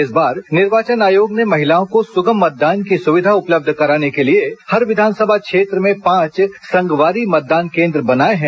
इस बार निर्वाचन आयोग ने महिलाओं को सुगम मतदान की सुविधा उपलब्ध कराने के लिए हर विधानसभा क्षेत्र में पांच संगवारी मतदान केन्द्र बनाये है